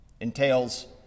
entails